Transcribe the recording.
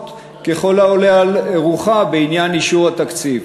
ככל העולה על רוחה בעניין אישור התקציב.